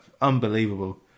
Unbelievable